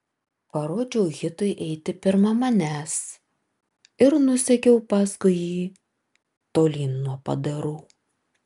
parodžiau hitui eiti pirma manęs ir nusekiau paskui jį tolyn nuo padarų